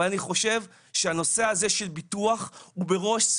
אבל אני חושב שהנושא הזה של ביטוח הוא בראש.